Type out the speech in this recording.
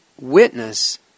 witness